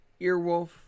Earwolf